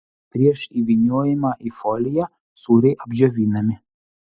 prieš įvyniojimą į foliją sūriai apdžiovinami